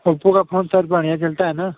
Oppo का phone sir बढ़िया चलता है न